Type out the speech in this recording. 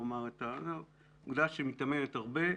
אוגדה שמתאמנת הרבה,